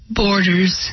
borders